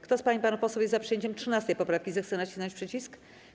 Kto z pań i panów posłów jest za przyjęciem 13. poprawki, zechce nacisnąć przycisk.